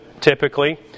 typically